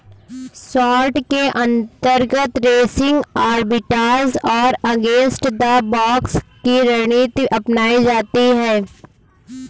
short के अंतर्गत racing arbitrage और अगेंस्ट द बॉक्स की रणनीति अपनाई जाती है